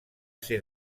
ser